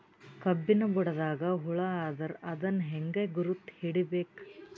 ಕಬ್ಬಿನ್ ಬುಡದಾಗ ಹುಳ ಆದರ ಅದನ್ ಹೆಂಗ್ ಗುರುತ ಹಿಡಿಬೇಕ?